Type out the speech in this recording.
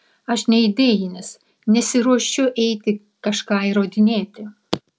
aš neidėjinis nesiruošiu eiti kažką įrodinėti